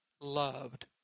loved